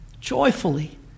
joyfully